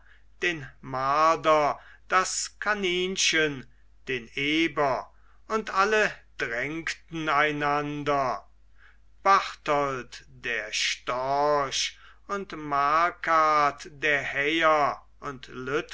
den marder das kaninchen den eber und alle drängten einander bartolt der storch und markart der häher und